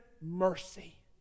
mercy